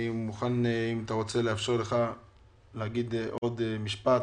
אני מוכן לאפשר לך להגיד עוד משפט.